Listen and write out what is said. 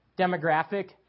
demographic